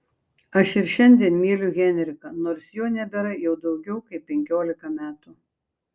aš ir šiandien myliu henriką nors jo nebėra jau daugiau kaip penkiolika metų